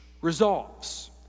resolves